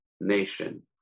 nation